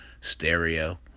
stereo